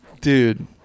dude